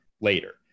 later